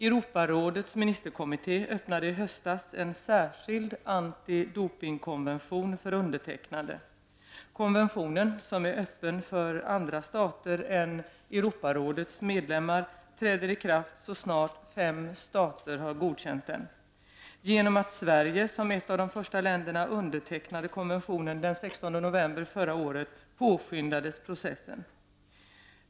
Europarådets ministerkommitté öppnade i höstas en särskild antidopingkonvention för undertecknande. Konventionen, som är öppen även för andra stater än Europarådets medlemmar, träder i kraft så snart fem stater har godkänt den. Genom att Sverige som ett av de första länderna undertecknade konventionen den 16 november förra året påskyndades processen.